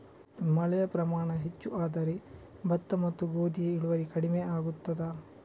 ಮಳೆಯ ಪ್ರಮಾಣ ಹೆಚ್ಚು ಆದರೆ ಭತ್ತ ಮತ್ತು ಗೋಧಿಯ ಇಳುವರಿ ಕಡಿಮೆ ಆಗುತ್ತದಾ?